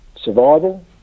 Survival